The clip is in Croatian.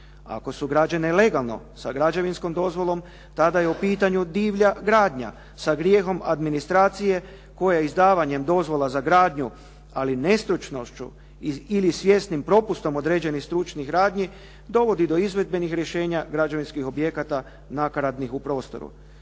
Ako su građene legalno sa građevinskom dozvolom tada je u pitanju divlja gradnja sa grijehom administracije koja je izdavanjem dozvola za gradnju, ali nestručnošću ili svjesnim propustom određenih stručnih radnji dovodi do izvedbenih rješenja građevinskih objekata nakaradnih u prostoru.